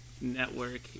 network